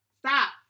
stop